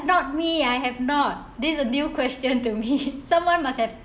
not me I have not this a new question to me someone must have